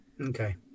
Okay